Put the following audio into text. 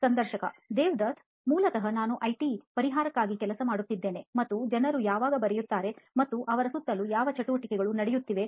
ಸಂದರ್ಶಕ ದೇವದತ್ ಮೂಲತಃ ನಾವು ಐಟಿ ಪರಿಹಾರಕ್ಕಾಗಿ ಕೆಲಸ ಮಾಡುತ್ತಿದ್ದೇವೆ ಮತ್ತು ಜನರು ಯಾವಾಗ ಬರೆಯುತ್ತಾರೆ ಮತ್ತು ಅವರ ಸುತ್ತಲೂ ಯಾವ ಚಟುವಟಿಕೆಗಳು ನಡೆಯುತ್ತಿವೆ